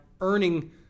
earning